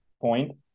point